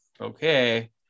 okay